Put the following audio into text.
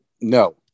no